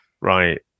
right